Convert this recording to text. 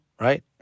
Right